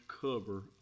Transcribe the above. cover